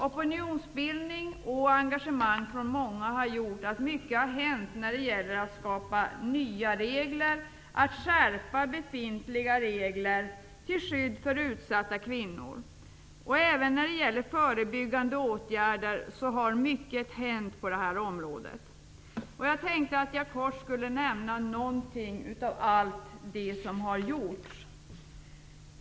Opinionsbildning och ett starkt engagemang har gjort att mycket har hänt när det gäller att skapa nya regler och att skärpa befintliga regler till skydd för utsatta kvinnor. Även när det gäller förebyggande åtgärder har mycket hänt på det här området. Jag tänkte att jag kort skulle nämna något av allt det som har gjorts.